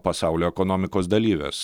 pasaulio ekonomikos dalyvės